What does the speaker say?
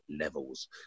levels